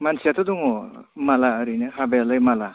मानसियाथ' दङ' माला ओरैनो हाबायालाइ माला